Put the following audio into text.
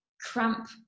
cramp